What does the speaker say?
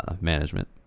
management